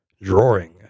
drawing